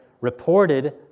reported